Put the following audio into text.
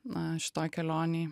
na šitoj kelionėj